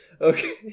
Okay